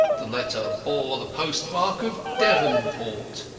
the letter bore the postmark of devonport.